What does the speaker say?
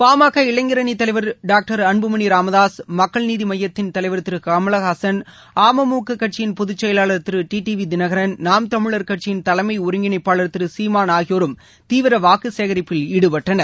பா ம க இளைஞரணித் தலைவர் டாக்டர் அன்புமணி ராமதாஸ் மக்கள் நீதி மய்யத்தின் தலைவர் திரு கமலஹாசன் அமுக கட்சியின் பொதுச் செயலாளர் திரு டி டி வி தினகரன் நாம் தமிழர் கட்சியின் தலைமை ஒருங்கிணைப்பாளர் திரு சீமான் ஆகியோரும் தீவிர பிரச்சாரத்தில் ஈடுபட்டனர்